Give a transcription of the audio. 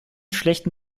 schlechten